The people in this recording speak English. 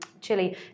Chile